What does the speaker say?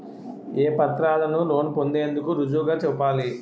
ఏ పత్రాలను లోన్ పొందేందుకు రుజువుగా చూపాలి?